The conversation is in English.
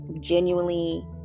genuinely